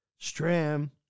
Stram